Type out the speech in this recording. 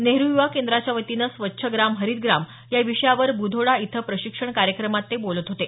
नेहरू युवा केंद्राच्या वतीने स्वच्छ ग्राम हरित ग्राम या विषयावर ब्धोडा इथं प्रशिक्षण कार्यक्रमात ते बोलत होते